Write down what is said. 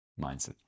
mindset